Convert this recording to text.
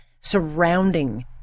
surrounding